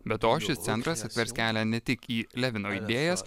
be to šis centras atvers kelią ne tik į levino idėjas